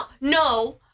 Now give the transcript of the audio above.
no